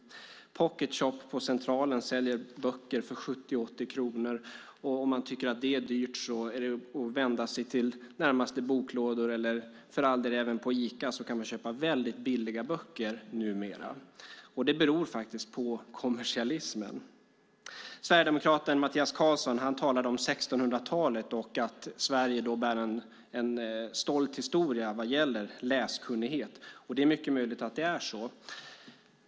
Pocketshop på Centralen säljer böcker för 70-80 kronor. Om man tycker att det är dyrt kan man vända sig till närmaste boklåda eller för all del även Ica. Där kan man köpa väldigt billiga böcker numera. Det beror på kommersialismen. Sverigedemokraten Mattias Karlsson talade om 1600-talet och att Sverige har en stolt historia vad gäller läskunnighet. Det är mycket möjligt att det är så.